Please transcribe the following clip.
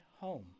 home